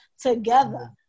together